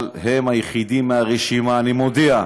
אבל הם היחידים מהרשימה, אני מודיע: